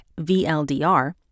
VLDR